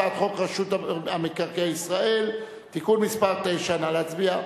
הצעת חוק רשות מקרקעי ישראל (תיקון מס' 9) נא להצביע.